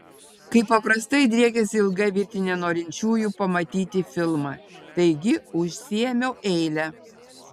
kaip paprastai driekėsi ilga virtinė norinčiųjų pamatyti filmą taigi užsiėmiau eilę